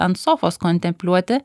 ant sofos kontempliuoti